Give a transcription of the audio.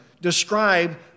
describe